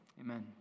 Amen